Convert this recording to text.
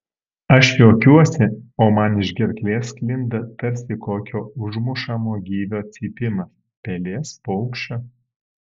aš juokiuosi o man iš gerklės sklinda tarsi kokio užmušamo gyvio cypimas pelės paukščio